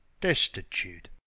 destitute